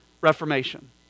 Reformation